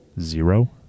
Zero